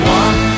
one